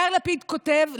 יאיר לפיד כותב,